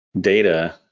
data